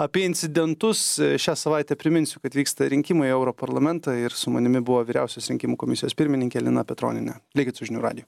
apie incidentus šią savaitę priminsiu kad vyksta rinkimai į europarlamentą ir su manimi buvo vyriausios rinkimų komisijos pirmininkė lina petronienė likit su žinių radiju